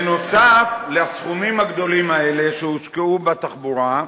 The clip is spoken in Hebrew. נוסף על הסכומים הגדולים האלה שהושקעו בתחבורה,